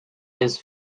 his